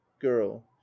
girl